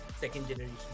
second-generation